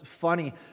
funny